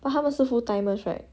but 他们是 full timers right